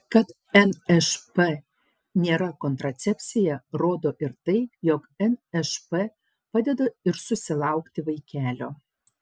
kad nšp nėra kontracepcija rodo ir tai jog nšp padeda ir susilaukti vaikelio